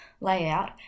layout